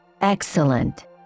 Excellent